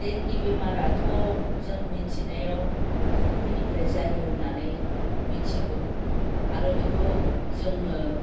dengue बेमाराथ' जों मिथिनायाव थाम्फैनिफ्राय जायो होननानै मिथिगौ आरो बेखौ जोङो